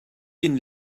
inn